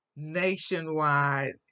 nationwide